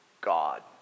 God